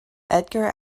edgar